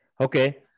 Okay